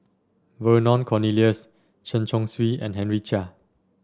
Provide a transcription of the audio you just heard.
Vernon Cornelius Chen Chong Swee and Henry Chia